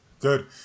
good